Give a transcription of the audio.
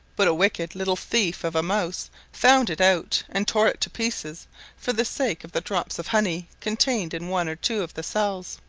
but a wicked little thief of a mouse found it out and tore it to pieces for the sake of the drops of honey contained in one or two of the cells.